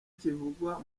kivugwa